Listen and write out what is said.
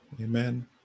amen